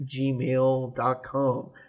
gmail.com